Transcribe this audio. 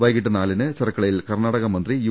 വൈകീട്ട് നാലിന് ചെർക്കളയിൽ കർണാടക മന്ത്രി യു